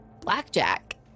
blackjack